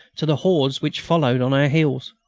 to the hordes which followed on our heels.